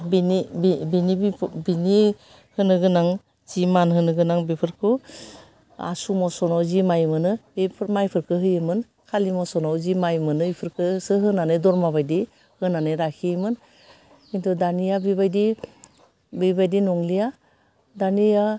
बिनि बि बिनि बिफ' बिनि होनो गोनां जि मान होनो गोनां बिफोरखो आसु मसुनाव जि माय मोनो बेफोर मायफोरखो होयोमोन खालि मसनाव जि माय मोनो इफोरखोसो होनानै धरमा बायदि होनानै लाखियोमोन खिन्थु दानिया बेबादि बेबादि नंलिया दानिया